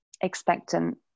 expectant